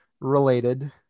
Related